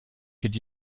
could